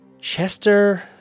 Chester